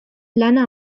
lana